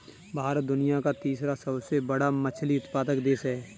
भारत दुनिया का तीसरा सबसे बड़ा मछली उत्पादक देश है